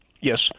Yes